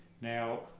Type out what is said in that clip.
now